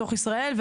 ישראל.